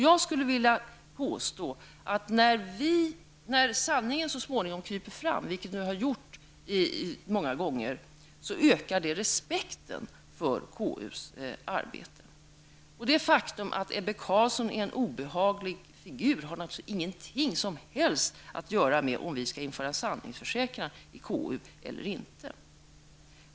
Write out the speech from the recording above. Jag skulle vilja påstå att när sanningen så småningom kryper fram, vilket den har gjort många gånger, ökar det respekten för KUs arbete. Det faktum att Ebbe Carlsson är en obehaglig figur har naturligtvis ingenting att göra med om vi skall införa sanningsförsäkran i KU eller inte.